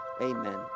amen